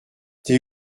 t’es